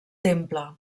temple